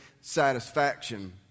satisfaction